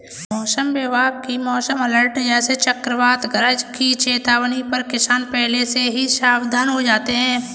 मौसम विभाग की मौसम अलर्ट जैसे चक्रवात गरज की चेतावनी पर किसान पहले से ही सावधान हो जाते हैं